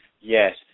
yes